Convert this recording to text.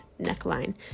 neckline